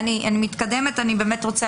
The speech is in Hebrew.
אנו בשאלה